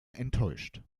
enttäuscht